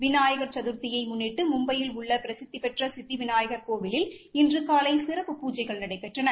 விநாயகர் சதுர்த்தியை முன்னிட்டு மும்பையில் உள்ள பிரசித்திபெற்ற சித்தி விநாயகர் கோவிலில் இன்று காலை சிறப்பு பூஜைகள் நடைபெற்றன